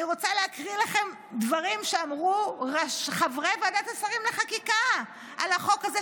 אני רוצה להקריא לכם דברים שאמרו חברי ועדת השרים לחקיקה על החוק הזה,